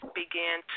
began